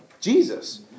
jesus